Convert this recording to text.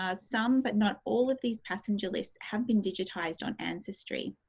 ah some, but not all, of these passenger lists have been digitised on ancestry.